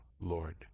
Lord